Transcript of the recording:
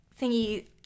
thingy